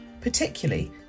particularly